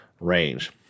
range